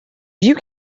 you